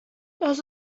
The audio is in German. das